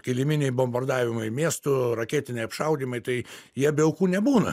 kiliminiai bombardavimai miestų raketiniai apšaudymai tai jie be aukų nebūna